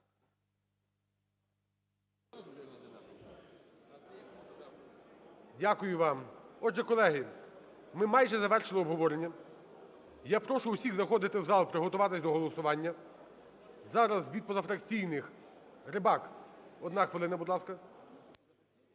Дякую вам. Отже, колеги, ми майже завершили обговорення. Я прошу всіх заходити в зал, приготуватись до голосування. Зараз від позафракційних Рибак, одна хвилина, будь ласка.